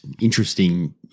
interesting